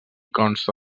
consta